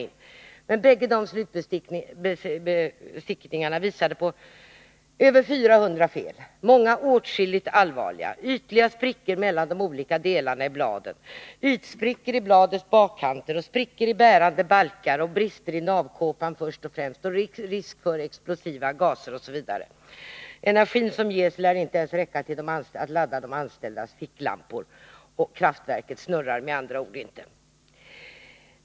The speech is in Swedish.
Dessa bägge tidigare slutbesiktningar visade på över 400 fel, många synnerligen allvarliga: ytliga sprickor mellan de olika delarna av bladen, ytsprickor i bladens bakkant, sprickor i bärande balkar, brister i navkåpan först och främst, risk för explosiva gaser osv. Energin som produceras lär inte ens räcka till för att ladda de anställdas ficklampor. Kraftverket snurrar med andra ord inte.